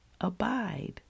Abide